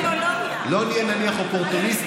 את האידיאולוגיה, לא נהיה נניח אופורטוניסטים,